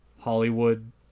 Hollywood